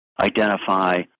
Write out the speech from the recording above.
identify